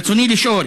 ברצוני לשאול: